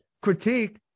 critique